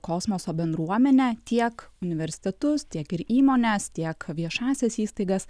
kosmoso bendruomenę tiek universitetus tiek ir įmones tiek viešąsias įstaigas